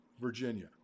Virginia